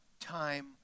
time